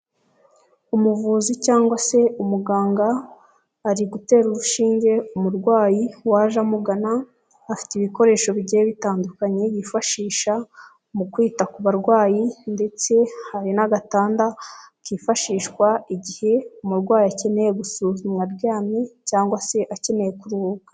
Umuvuzi cyangwa se umuganga ari gutera urushinge umurwayi waje amugana, afite ibikoresho bigiye bitandukanye yifashisha mu kwita ku barwayi ndetse hari n'agatanda kifashishwa igihe umurwayi akeneye gusuzumwa aryamye cyangwa se akeneye kuruhuka.